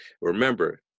remember